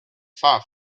far